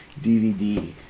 DVD